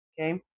Okay